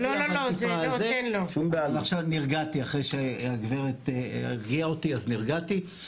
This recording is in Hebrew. אבל עכשיו נרגעתי אחרי שהגברת הרגיעה אותי אז נרגעתי.